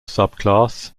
subclass